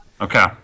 Okay